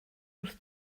wrth